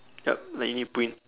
yup like you need to put in